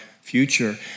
future